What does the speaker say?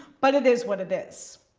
but it is what it is.